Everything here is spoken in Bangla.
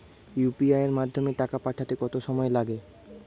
ইউ.পি.আই এর মাধ্যমে টাকা পাঠাতে কত সময় লাগে?